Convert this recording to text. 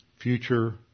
future